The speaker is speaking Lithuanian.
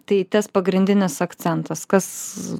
tai tas pagrindinis akcentas kas